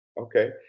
Okay